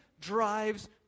drives